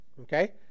okay